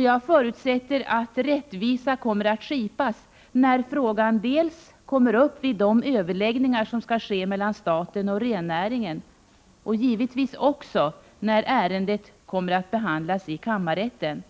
Jag förutsätter att rättvisa kommer att skipas när frågan kommer upp vid de överläggningar som skall ske mellan staten och rennäringen och givetvis också när ärendet behandlas i kammarrätten.